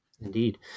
Indeed